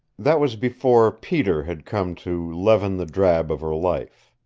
that was before peter had come to leaven the drab of her life.